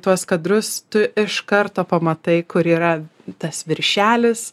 tuos kadrus iš karto pamatai kur yra tas viršelis